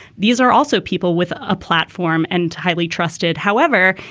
these are also people with a platform and highly trusted. however,